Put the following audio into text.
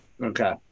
Okay